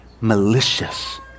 malicious